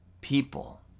people